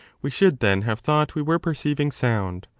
we should then have thought we were perceiving sound,